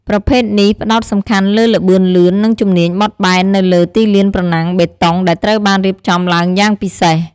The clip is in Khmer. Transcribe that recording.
ប្រភេទនេះផ្តោតសំខាន់លើល្បឿនលឿន និងជំនាញបត់បែននៅលើទីលានប្រណាំងបេតុងដែលត្រូវបានរៀបចំឡើងយ៉ាងពិសេស។